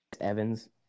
Evans